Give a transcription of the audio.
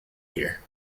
here